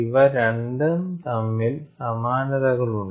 ഇവ രണ്ട് തമ്മിൽ സമാനതകൾ ഉണ്ട്